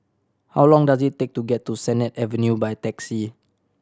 how long does it take to get to Sennett Avenue by taxi